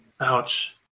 Ouch